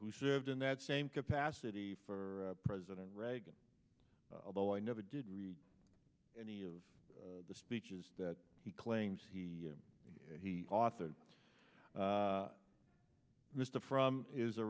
who served in that same capacity for president reagan although i never did read any of the speeches that he claims he he authored mr frum is a